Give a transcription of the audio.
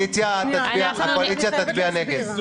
קודם ובעצם זה לא ביטול של חלקים מהצו שהציעה הממשלה,